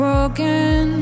Broken